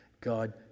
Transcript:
God